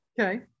Okay